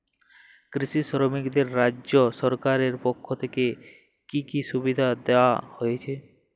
কৃষি শ্রমিকদের রাজ্য সরকারের পক্ষ থেকে কি কি সুবিধা দেওয়া হয়েছে?